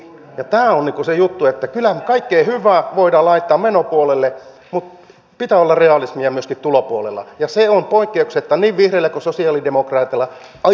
tämä on se juttu että kyllähän me kaikkea hyvää voimme laittaa menopuolelle mutta pitää olla realismia myöskin tulopuolella ja se on poikkeuksetta niin vihreillä kuin sosialidemokraateilla aivan utopiaa